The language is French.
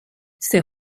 ces